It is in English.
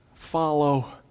Follow